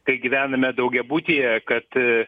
kai gyvename daugiabutyje kad